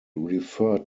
referred